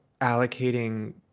allocating